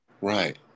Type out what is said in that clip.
Right